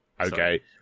Okay